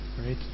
right